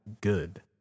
good